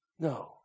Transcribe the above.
No